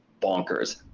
bonkers